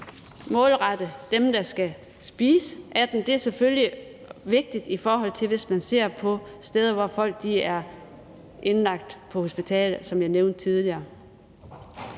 målrettet dem, der skal spise den. Det er selvfølgelig vigtigt, i forhold til hvis man ser på, når folk er indlagt på hospitalet, som jeg nævnte tidligere.